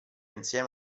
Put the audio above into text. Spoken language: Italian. insieme